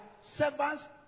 servants